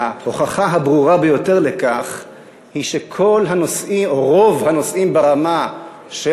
ההוכחה הברורה ביותר לכך היא שרוב הנושאים ברמה של